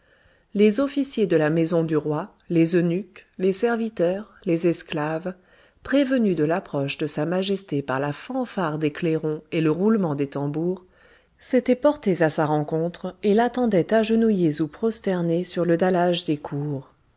les officiers de la maison du roi les eunuques les serviteurs les esclaves prévenus de l'approche de sa majesté par la fanfare des clairons et le roulement des tambours s'étaient portés à sa rencontre et l'attendaient agenouillés ou prosternés sur le dallage des cours